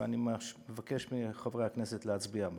ואני מבקש מחברי הכנסת להצביע בעד.